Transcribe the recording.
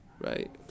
Right